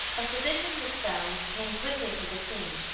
a physician was found and came quickly to the scene,